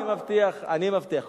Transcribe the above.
אני מבטיח,